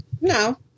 No